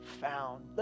found